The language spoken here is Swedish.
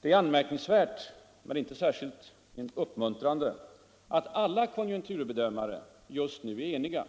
Det är anmärkningsvärt — men inte särskilt uppmuntrande — att konstatera att alla konjunkturbedömare just nu är eniga.